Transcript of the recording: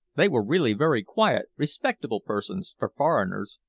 they were really very quiet, respectable persons for foreigners.